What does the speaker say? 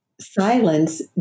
silence